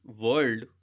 world